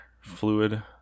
fluid